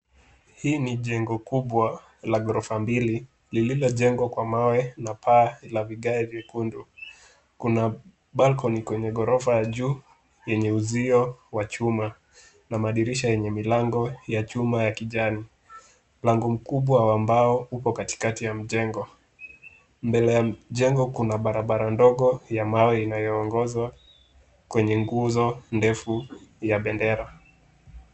Hii ni jengo kubwa la ghorofa mbili lililojengwa kwa mawe na paa la vigae vyekundu. Kuna balcony kwenye ghorofa ya juu yenye uzuio wa chuma na madirisha yenye milango ya chuma ya kijani. Mlango mkubwa wa mbao uko katikati ya mjengo. Mbele ya mjengo kuna barabara ndogo ya mawe inayoongozwa kwenye nguzo ndefu ya bendera.